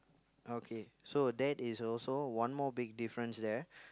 okay so that is also one more big difference there